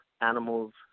animals